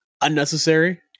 unnecessary